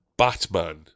Batman